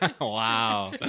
Wow